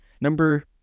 Number